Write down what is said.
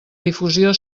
difusió